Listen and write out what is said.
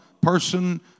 person